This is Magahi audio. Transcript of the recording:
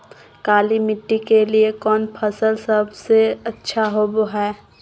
काली मिट्टी के लिए कौन फसल सब से अच्छा होबो हाय?